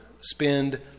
spend